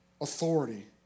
authority